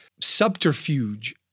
subterfuge